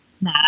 Nah